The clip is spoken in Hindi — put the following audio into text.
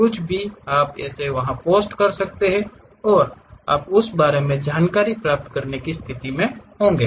कुछ भी आप इसे वहां पोस्ट कर सकते हैं और आप उस बारे में जानकारी प्राप्त करने की स्थिति में होंगे